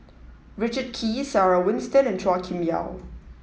Richard Kee Sarah Winstedt and Chua Kim Yeow